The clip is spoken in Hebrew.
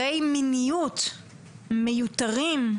מיניות מיותרים.